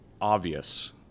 obvious